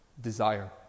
Desire